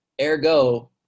Ergo